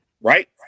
Right